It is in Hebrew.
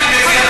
איציק, אנחנו,